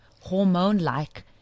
hormone-like